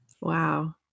Wow